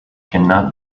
cannot